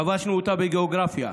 כבשנו אותה בגיאוגרפיה.